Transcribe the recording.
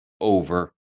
over